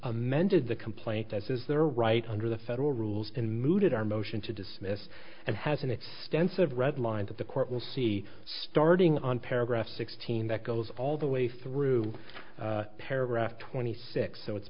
amended the complaint as is their right under the federal rules and mooted our motion to dismiss and has an extensive red line that the court will see starting on paragraph sixteen that goes all the way through paragraph twenty six so it's